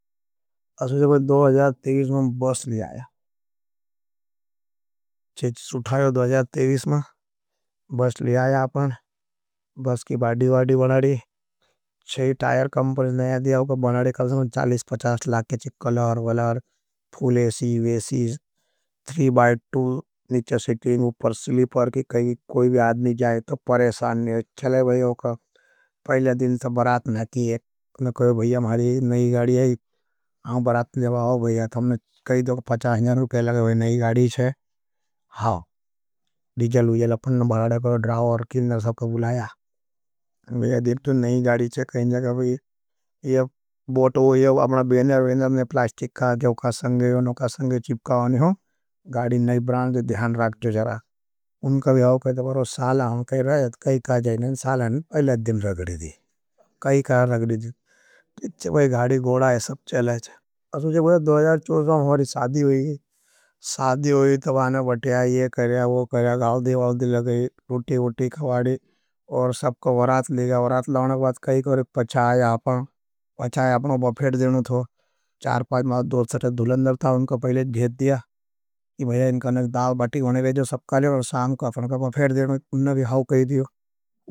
असो छे दो हजार तेहीस में अपना एक गाड़ी ले आया। अपने बस की बाड़ी-बाड़ी बनाड़ी, छः टायर कंपरस नए दिया। उका बनाड़ी कल से चालीस पचास लाके चीक खलाओर बनाड़ी, फूल एसी, वेसी, त्री बाई टू, निचा सिट्रिंग, उपर सिलिपर की, कोई कोई बाद नहीं जाए। आपका तो ज़ाजा तेगीष में वाश लेएा। चे च्छ तवाजा तेगीष मा बश लेएा आपन बश की बादिवादि वनाडी चेई तायर कमपर्र्ज नहीं आदी आपका बनाडी कलजा मुझच चालिस पचाच लाक्ये चिक्कलार वलार पूले सी। वेसी आप दिज़ लु येल आपन भराड़ा को द्राव और किलना सब कभूलाया भी आदिप तुन नहीं गाड़ी चे कईन जागा भी ये बोतो हो ये बेने बेने बेने। पलाष्टिक का जो का संगे वो नो का संगे चिपका हो नहों गाड़ी नहीं ब्रान जे दिहन राख जो जरा उनकभी हो कै तब और साला हों कै रहा याड़ काई। का जै नहीं साला नहीं पहले दिन रगरी दी का।